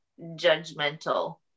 judgmental